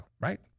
right